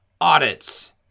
audits